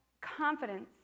confidence